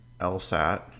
LSAT